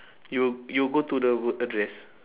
you you go to the world address